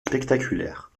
spectaculaire